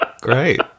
great